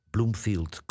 Bloomfield